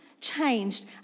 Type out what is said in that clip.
changed